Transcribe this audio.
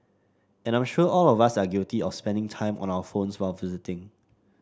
and I'm sure all of us are guilty of spending time on our phones while visiting